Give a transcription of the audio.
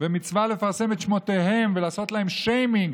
ומצווה לפרסם את שמותיהם ולעשות להם שיימינג